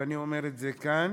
ואני אומר את זה כאן,